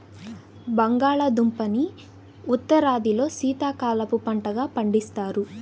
బంగాళాదుంపని ఉత్తరాదిలో శీతాకాలపు పంటగా పండిస్తారు